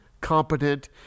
competent